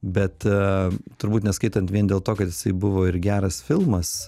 bet turbūt neskaitant vien dėl to kad jisai buvo ir geras filmas